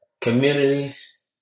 communities